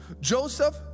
Joseph